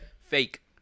Fake